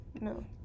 No